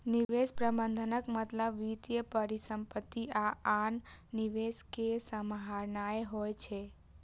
निवेश प्रबंधनक मतलब वित्तीय परिसंपत्ति आ आन निवेश कें सम्हारनाय होइ छै